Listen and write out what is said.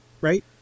right